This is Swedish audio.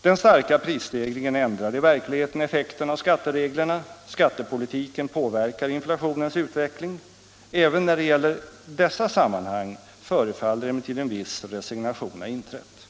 Den starka prisstegringen ändrar i verkligheten effekten av skattereglerna. Skattepolitiken påverkar inflationens utveckling. Även när det gäller dessa sammanhang förefaller emellertid en viss resignation ha inträtt.